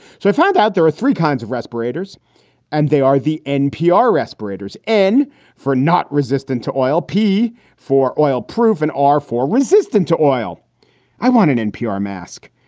so i find out there are three kinds of respirators and they are the npr respirators n for not resistant to oil, p for oil proof and are for resistance to oil i want an npr mask.